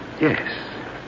Yes